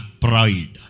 pride